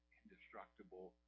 indestructible